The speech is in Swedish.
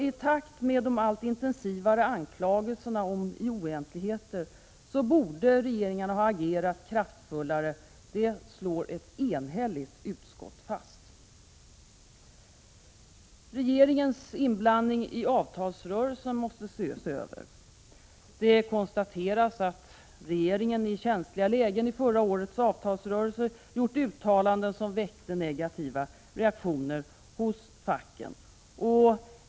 I takt med de allt intensivare anklagelserna om oegentligheter borde regeringen ha agerat kraftfullare. Detta slår ett enigt utskott fast. Regeringens inblandning i avtalsrörelser måste ses över. Det konstateras att regeringen i känsliga lägen i förra årets avtalsrörelse gjorde uttalanden, som väckte negativa reaktioner hos fackförbunden.